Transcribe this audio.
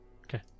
Okay